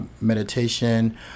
meditation